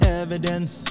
evidence